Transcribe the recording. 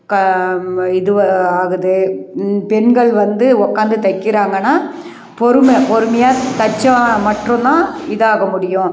க இது ஆகுது பெண்கள் வந்து உக்காந்து தைக்கிறாங்கன்னா பொறுமை பொறுமையாக தைச்சா மற்றும் தான் இதாக முடியும்